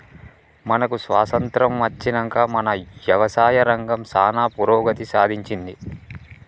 మనకు స్వాతంత్య్రం అచ్చినంక మన యవసాయ రంగం సానా పురోగతి సాధించింది